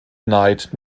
knight